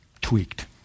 tweaked